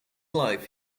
life